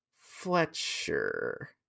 fletcher